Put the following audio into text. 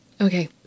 Okay